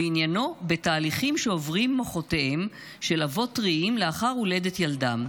ועניינו בתהליכים שעוברים מוחותיהם של אבות טריים לאחר הולדת ילדם,